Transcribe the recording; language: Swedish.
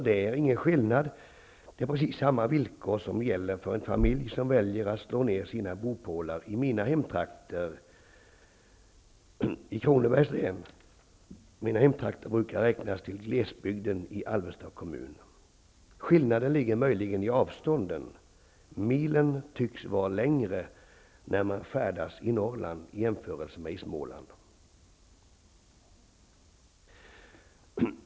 Det är ingen skillnad, utan det är precis samma villkor som gäller för en familj som väljer att slå ner sina bopålar i mina hemtrakter i Kronobergs län, som brukar räknas till glesbygden i Alvesta kommun. Skillnaden ligger möjligen i avstånden. Milen tycks vara längre när man färdas i Norrland i jämförelse med Småland.